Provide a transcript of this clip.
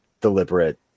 deliberate